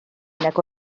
nag